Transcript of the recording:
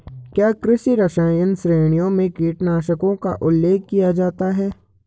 क्या कृषि रसायन श्रेणियों में कीटनाशकों का उल्लेख किया जाता है?